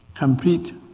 Complete